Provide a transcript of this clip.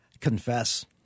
Confess